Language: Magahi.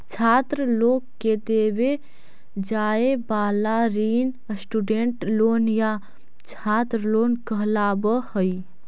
छात्र लोग के देवे जाए वाला ऋण स्टूडेंट लोन या छात्र लोन कहलावऽ हई